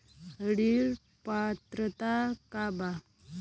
ऋण पात्रता का बा?